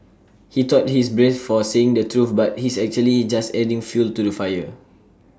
he thought he's brave for saying the truth but he's actually just adding fuel to the fire